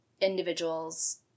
individuals